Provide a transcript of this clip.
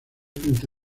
frente